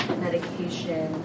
medication